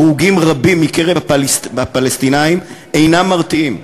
הרוגים רבים מקרב הפלסטינים אינם מרתיעים,